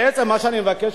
בעצם מה שאני מבקש,